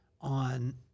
on